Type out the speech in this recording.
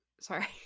sorry